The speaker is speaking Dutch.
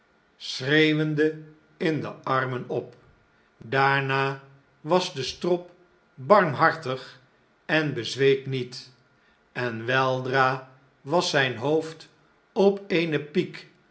schreeuwende in de armen op daarna was de strop barmhartig en bezweek niet en weldra was zh'n hoofd op eene piek